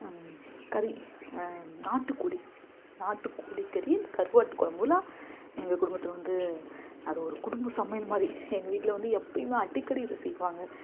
கறி நாட்டுக்கோழி நாட்டுக் கோழிக்கறி இந்த கருவாட்டு கொழம்புலாம் எங்கள் குடும்பத்தில் வந்து அது ஒரு குடும்ப சமையல் மாதிரி எங்கள் வீட்டில் வந்து எப்போயுமே அடிக்கடி இதை செய்வாங்க